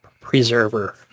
preserver